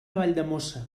valldemossa